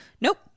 nope